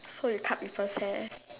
so you cut people's hair